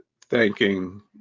thanking